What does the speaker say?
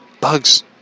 bugs